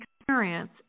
experience